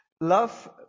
Love